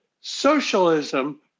Socialism